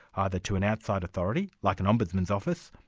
either to an outside authority like an ombudsman's office,